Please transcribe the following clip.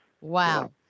Wow